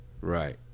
right